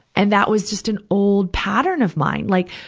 and that was just an old pattern of mine. like,